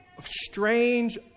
strange